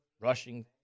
Rushing